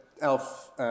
Elf